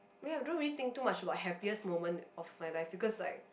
well I don't really think too much about happiest moment of my life because like